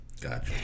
gotcha